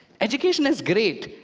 education is great.